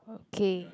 okay